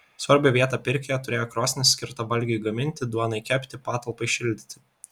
svarbią vietą pirkioje turėjo krosnis skirta valgiui gaminti duonai kepti patalpai šildyti